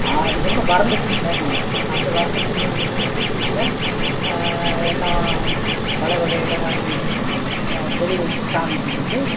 அதுக்கப்புறம் வரலெட்சுமி நோம்புங்க அந்த வரலெட்சுமி நோம்புக்கும் வந்து வீட்டில எல்லாம் பழ வகையெல்லாம் வாங்கி வச்சி கொலு வச்சி சாமி கும்பிட்டு